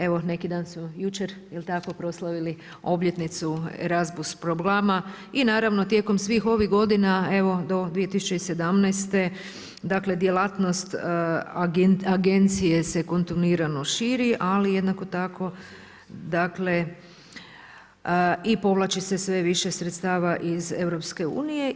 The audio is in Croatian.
Evo neki dan smo jučer jel tako, proslavili obljetnicu ERASMUS programa i naravno tijekom svih ovih godina do 2017. djelatnost agencije se kontinuirano širi, ali jednako tako i povlači se sve više sredstava iz EU.